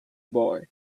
boy